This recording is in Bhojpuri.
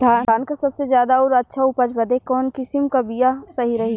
धान क सबसे ज्यादा और अच्छा उपज बदे कवन किसीम क बिया सही रही?